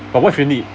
but what if you need